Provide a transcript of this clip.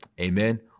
Amen